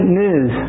news